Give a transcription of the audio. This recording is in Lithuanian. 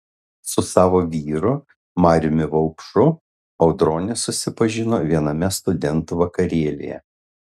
su savo vyru mariumi vaupšu audronė susipažino viename studentų vakarėlyje